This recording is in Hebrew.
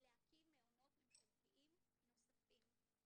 להקים מעונות ממשלתיים נוספים.